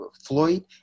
floyd